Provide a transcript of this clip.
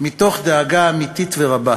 מתוך דאגה אמיתית ורבה.